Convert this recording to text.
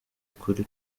kuri